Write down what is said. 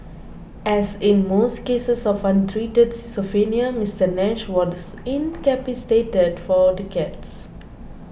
as in most cases of untreated schizophrenia Mister Nash was incapacitated for decades